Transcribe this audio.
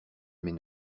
mais